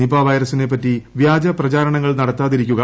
Nipah വൈറസിനെപ്പറ്റി വ്യാജ പ്രചാരണങ്ങൾ നടത്താതിരിക്കുക